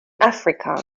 africa